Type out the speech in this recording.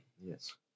Yes